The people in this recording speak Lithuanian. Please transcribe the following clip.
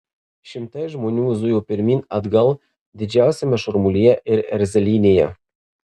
šimtai žmonių zujo pirmyn atgal didžiausiame šurmulyje ir erzelynėje